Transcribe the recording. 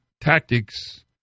tactics